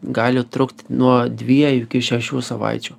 gali trukt nuo dviejų iki šešių savaičių